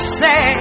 say